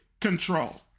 control